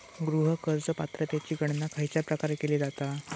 गृह कर्ज पात्रतेची गणना खयच्या प्रकारे केली जाते?